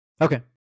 Okay